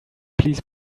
please